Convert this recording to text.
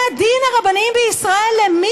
בתי הדין הרבניים בישראל הם,